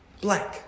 blank